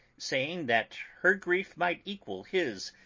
saying that her grief might equal his,